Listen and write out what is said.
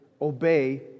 obey